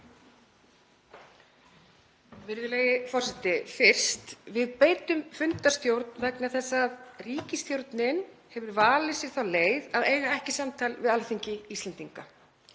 Virðulegi forseti. Fyrst: Við beitum fundarstjórn vegna þess að ríkisstjórnin hefur valið sér þá leið að eiga ekki samtal við Alþingi Íslendinga.